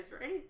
right